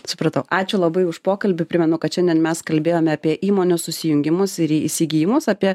supratau ačiū labai už pokalbį primenu kad šiandien mes kalbėjome apie įmonių susijungimus ir įsigijimus apie